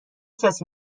کسی